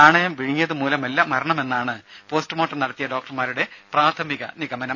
നാണയം വിഴുങ്ങിയതുമൂലമല്ല മരണം എന്നാണ് പോസ്റ്റ്മോർട്ടം നടത്തിയ ഡോക്ടർമാരുടെ പ്രാഥമിക നിഗമനം